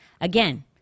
Again